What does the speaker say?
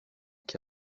qui